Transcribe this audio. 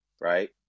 Right